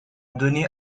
donner